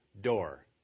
door